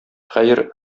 хәер